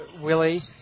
Willie